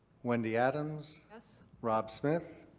wendy adams. yes. rob smith.